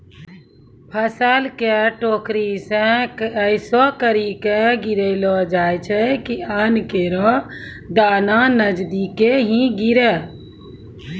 फसल क टोकरी सें ऐसें करि के गिरैलो जाय छै कि अन्न केरो दाना नजदीके ही गिरे